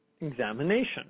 examination